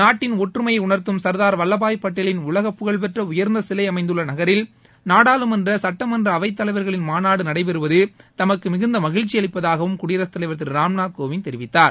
நாட்டின் ஒற்றுமையை உணர்த்தும் சர்தார் வல்லபாய் பட்டேலின் உலக புகழ் பெற்ற உயர்ந்த சிலை அமைந்துள்ள நகரில் நாடாளுமன்ற சட்டமன்ற அவைத் தலைவர்களின் மாநாடு நடைபெறுவது தமக்கு மிகுந்த மகிழ்ச்சியளிப்பதாகவும் குடியரசுத் தலைவர் திரு ராம்நாத் கோவிந்த் தெரிவித்தார்